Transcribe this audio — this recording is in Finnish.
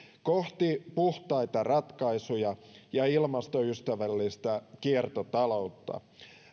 kohti puhtaita ratkaisuja ja ilmastoystävällistä kiertotaloutta